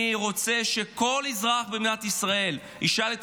אני רוצה שכל אזרח במדינת ישראל ישאל את